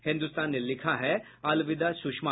हिन्दुस्तान ने लिखा है अलविदा सुषमा